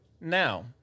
Now